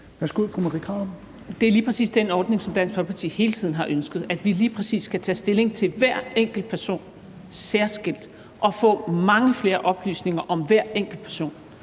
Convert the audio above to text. Det er lige præcis den ordning, som Dansk Folkeparti hele tiden har ønsket: at vi lige præcis skal tage stilling til hver enkelt person særskilt og få mange flere oplysninger om hver enkelt person.